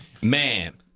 Man